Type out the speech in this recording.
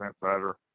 better